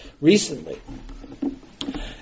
recently